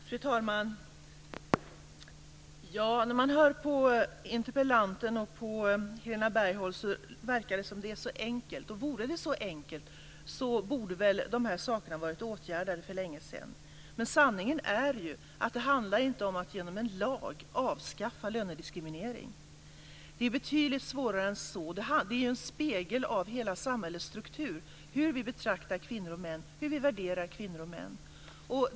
Fru talman! När man hör interpellanten och Helena Bargholtz verkar det som om det är så enkelt. Om det vore så enkelt borde väl dessa saker ha varit åtgärdade för länge sedan. Men sanningen är ju att det inte handlar om att genom en lag avskaffa lönediskriminering. Det är betydligt svårare än så. Detta är en spegel av hela samhällets struktur, hur vi betraktar kvinnor och män och hur vi värderar kvinnor och män.